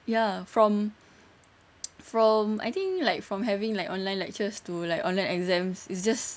ya from from I think like from having like online lectures to like online exams it's just